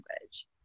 language